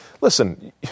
listen